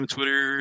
Twitter